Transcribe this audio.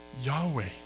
Yahweh